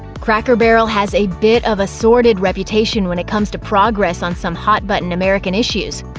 cracker barrel has a bit of a sordid reputation when it comes to progress on some hot button american issues.